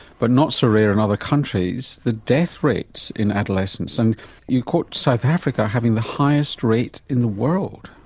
but not so rare in other countries, the death rates in adolescents and you quote south africa having the highest rate in the world.